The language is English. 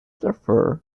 darfur